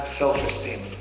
self-esteem